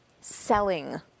selling